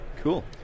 Cool